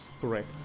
correct